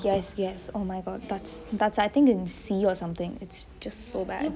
yes yes oh my god that's that's I think in C or something it's just so bad